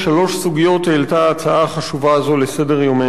שלוש סוגיות העלתה ההצעה החשובה הזו לסדר-יומנו.